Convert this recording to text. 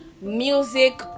music